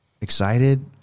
excited